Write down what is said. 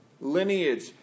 lineage